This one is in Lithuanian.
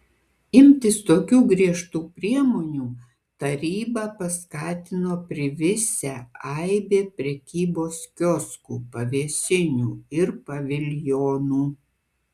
imtis tokių griežtų priemonių tarybą paskatino privisę aibė prekybos kioskų pavėsinių ir paviljonų